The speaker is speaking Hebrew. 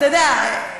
אתה יודע,